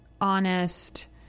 honest